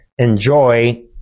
enjoy